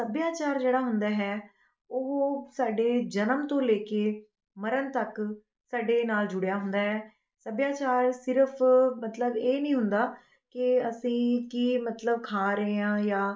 ਸੱਭਿਆਚਾਰ ਜਿਹੜਾ ਹੁੰਦਾ ਹੈ ਉਹ ਸਾਡੇ ਜਨਮ ਤੋਂ ਲੈ ਕੇ ਮਰਨ ਤੱਕ ਸਾਡੇ ਨਾਲ ਜੁੜਿਆ ਹੁੰਦਾ ਹੈ ਸੱਭਿਆਚਾਰ ਸਿਰਫ ਮਤਲਬ ਇਹ ਨਹੀਂ ਹੁੰਦਾ ਕਿ ਅਸੀਂ ਕੀ ਮਤਲਬ ਖਾ ਰਹੇ ਹਾਂ